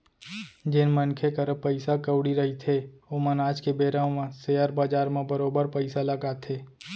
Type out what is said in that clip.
जेन मनखे करा पइसा कउड़ी रहिथे ओमन आज के बेरा म सेयर बजार म बरोबर पइसा लगाथे